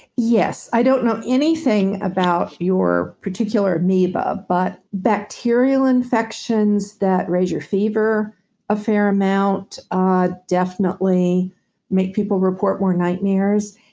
yes. i don't know anything about your particular amoeba, but bacterial infections that raise your fever a fair amount, ah definitely make people report more nightmares.